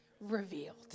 revealed